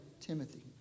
Timothy